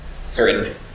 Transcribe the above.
certain